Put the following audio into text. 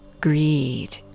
greed